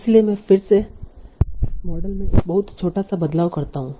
इसलिए मैं फिर से मॉडल में एक बहुत छोटा सा बदलाव करता हूं